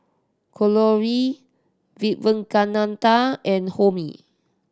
Kalluri Vivekananda and Homi